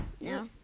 No